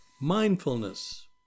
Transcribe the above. Mindfulness